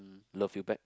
love you back